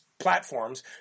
platforms